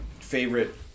favorite